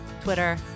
Twitter